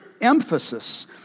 emphasis